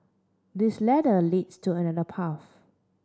this ladder leads to another path